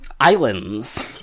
Islands